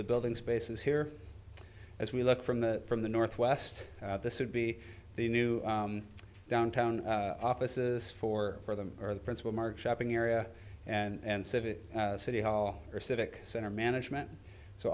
the buildings bases here as we look from the from the northwest this would be the new downtown offices for for them are the principal mark shopping area and city hall or civic center management so